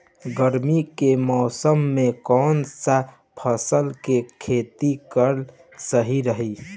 गर्मी के मौषम मे कौन सा फसल के खेती करल सही रही?